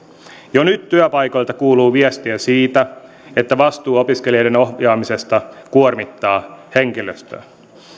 jo nyt työpaikoilta kuuluu viestiä siitä että vastuu opiskelijoiden ohjaamisesta kuormittaa henkilöstöä